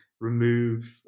remove